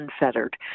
unfettered